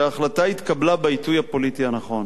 שההחלטה התקבלה בעיתוי הפוליטי הנכון.